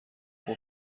خوب